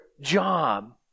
job